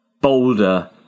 bolder